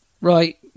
right